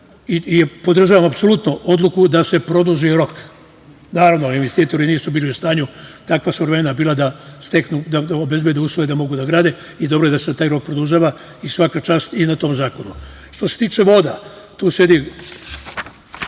i podržavam apsolutno odluku da se produži rok. Naravno, investitori nisu bili u stanju, takva su vremena bila, da obezbede uslove da mogu da grade i dobro je da se taj rok produžava i svaka čast i na tom zakonu. Što se tiče voda, tu sedi